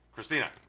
Christina